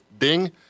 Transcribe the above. ding